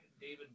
David